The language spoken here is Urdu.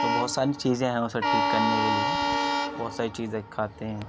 تو بہت ساری چیزیں ہیں اسے ٹھیک کرنے کے لیے بہت ساری چیزیں کھاتے ہیں